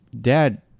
Dad